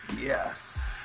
Yes